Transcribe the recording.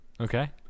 Okay